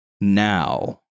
Now